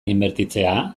inbertitzea